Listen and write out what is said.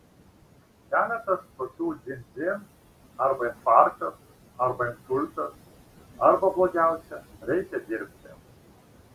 keletas tokių dzin dzin arba infarktas arba insultas arba blogiausia reikia dirbti